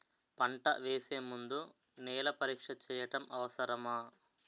పంట వేసే ముందు నేల పరీక్ష చేయటం అవసరమా?